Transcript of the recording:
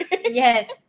Yes